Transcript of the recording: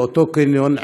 באותו קניון,